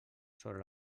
sobre